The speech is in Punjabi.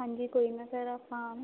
ਹਾਂਜੀ ਕੋਈ ਨਾ ਸਰ ਆਪਾਂ